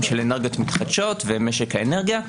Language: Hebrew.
של אנרגיות מתחדשות ומשק האנרגיה.